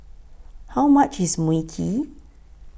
How much IS Mui Kee